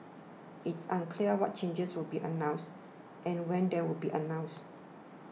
it is unclear what changes will be announced and when they will be announced